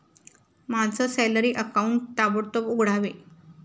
माझं salary account ताबडतोब उघडावे